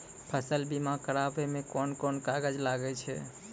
फसल बीमा कराबै मे कौन कोन कागज लागै छै?